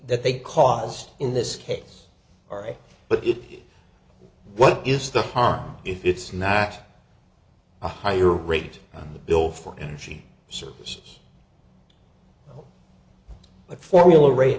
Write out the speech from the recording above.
that they caused in this case all right but it what is the harm if it's not a higher rate than the bill for energy services formula rate